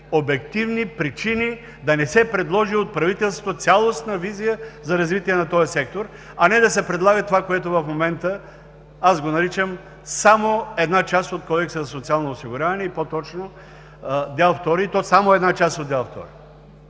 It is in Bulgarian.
обективни причини да не се предложи от правителството цялостна визия за развитието на този сектор, а не да се предлага това, което в момента аз го наричам само една част от Кодекса за социално осигуряване, и по-точно Дял II, и то само една част от Дял II.